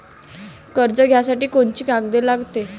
कर्ज घ्यासाठी कोनची कागद लागते?